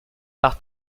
par